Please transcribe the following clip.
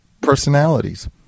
personalities